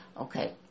Okay